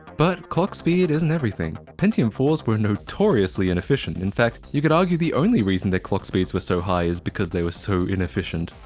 but clock speed isn't everything. pentium four s were notoriously inefficient, in fact, you could argue the only reason their clock speeds were so high is because they were so inefficient.